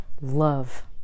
love